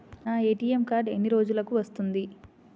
నా ATM card ఎన్ని రోజులకు వస్తుంది?